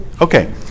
okay